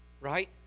Right